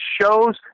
shows